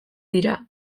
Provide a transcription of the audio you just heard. dira